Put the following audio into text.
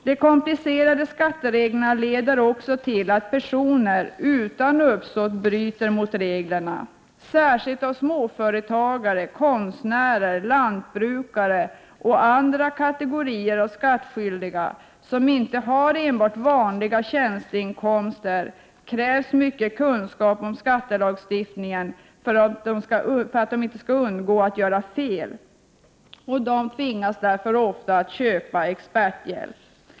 De komplicerade skattereglerna leder också lätt till att personer utan uppsåt bryter mot reglerna. Särskilt av småföretagare, konstnärer, lantbrukare eller andra kategorier av skattskyldiga, som inte har enbart vanliga tjänsteinkomster, krävs mycket kunskap om skattelagstiftningen för att de skall undgå att göra fel. De tvingas därför ofta köpa experthjälp.